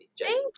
Thank